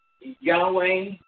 Yahweh